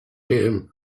him